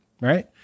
Right